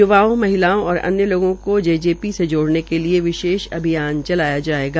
य्वाओं महिलाओं और अन्य लोगों को जेजेपी से जोड़ने के लिए विशेष अभियान चलाया जायेगा